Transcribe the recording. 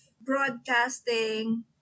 broadcasting